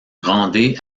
rendez